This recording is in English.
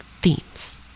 themes